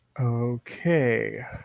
Okay